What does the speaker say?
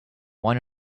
why